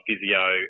physio